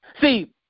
See